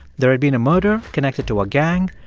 there had been a murder connected to a gang.